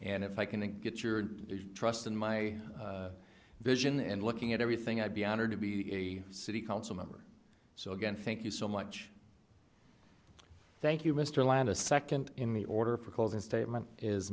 and if i can to get your trust and my vision and looking at everything i'd be honored to be a city council member so again thank you so much thank you mr land a second in the order for closing statement is